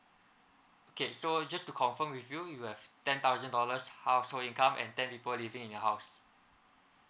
okay so just to confirm with you you have ten thousand dollars household income and ten people living in your house